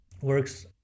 works